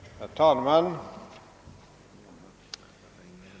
Herr talman!